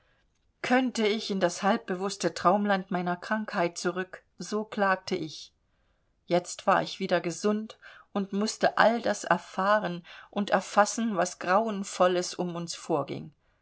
könnte ich in das halbbewußte traumland meiner krankheit zurück so klagte ich jetzt war ich wieder gesund und mußte all das erfahren und erfassen was grauenvolles um uns vorging